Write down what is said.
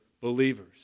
believers